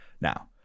now